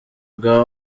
bwa